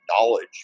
knowledge